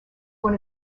one